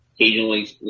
Occasionally